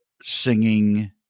singing